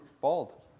bald